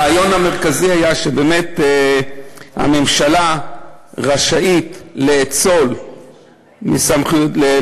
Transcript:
הרעיון המרכזי היה שבאמת הממשלה רשאית לאצול לחטיבה